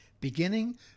beginning